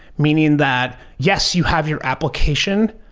meaning that yes, you have your application,